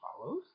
follows